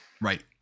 Right